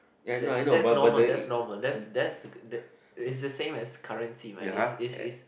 that's normal that's normal that's that's th~ is the same as currency man is is is